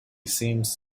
seems